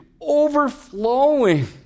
overflowing